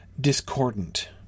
discordant